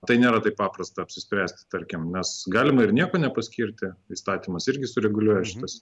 tai nėra taip paprasta apsispręsti tarkim mes galima ir nieko nepaskirti įstatymas irgi sureguliuoja šitas